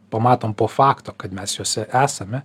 pamatom po fakto kad mes juose esame